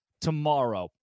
tomorrow